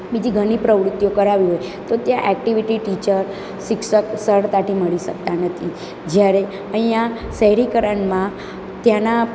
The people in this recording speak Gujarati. બીજી ઘણી પ્રવૃતિઓ કરાવી હોય તો ત્યાં એક્ટીવિટી ટીચર શિક્ષક સરળતાથી મળી શકતા નથી જ્યારે અહીંયાં શહેરીકરણમાં ત્યાંનાં